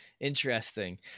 Interesting